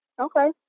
Okay